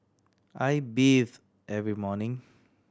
I bathe every morning